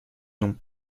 nom